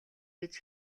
гэж